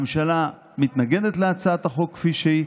הממשלה מתנגדת להצעת החוק כפי שהיא.